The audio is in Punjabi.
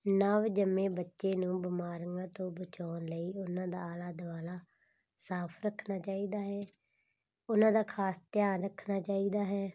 ਨਵ ਜੰਮੇ ਬੱਚੇ ਨੂੰ ਬਿਮਾਰੀਆਂ ਤੋਂ ਬਚਾਉਣ ਲਈ ਉਹਨਾਂ ਦਾ ਆਲਾ ਦੁਆਲਾ ਸਾਫ਼ ਰੱਖਣਾ ਚਾਹੀਦਾ ਹੈ ਉਹਨਾਂ ਦਾ ਖ਼ਾਸ ਧਿਆਨ ਰੱਖਣਾ ਚਾਹੀਦਾ ਹੈ